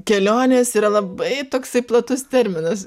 kelionės yra labai toksai platus terminas